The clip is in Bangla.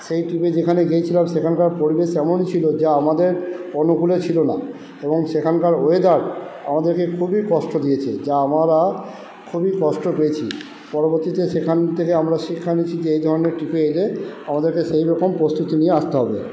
সেই ট্রিপে যেখানে গিয়েছিলাম সেখানকার পরিবেশ এমন ছিলো যা আমাদের অনুকূলে ছিলো না এবং সেখানকার ওয়েদার আমাদেরকে খুবই কষ্ট দিয়েছে যা খুবই কষ্ট পেয়েছি পরবর্তীতে সেখান থেকে আমরা শিক্ষা নিয়েছি যে এই ধরণের ট্রিপে এলে আমাদেরকে সেই রকম প্রস্তুতি নিয়ে আসতে হবে